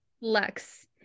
lex